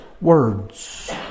words